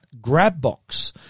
Grabbox